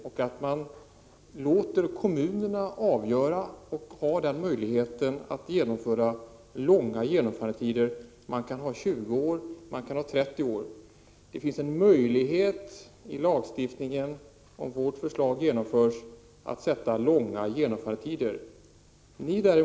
Man kan låta kommunerna få möjlighet att bestämma långa genomförandetider — t.ex. 20 eller 30 år. Om vårt förslag genomförs ger lagstiftningen möjlighet att bestämma långa genomförandetider.